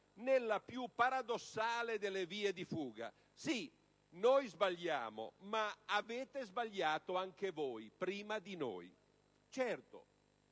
nella più paradossale delle vie di fuga: «Sì, noi sbagliamo, ma avete sbagliato anche voi prima di noi». Certo,